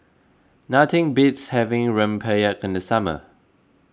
nothing beats having Rempeyek in the summer